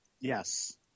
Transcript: Yes